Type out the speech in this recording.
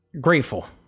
grateful